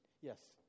Yes